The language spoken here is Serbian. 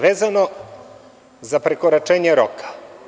Vezano za prekoračenje roka.